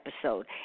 episode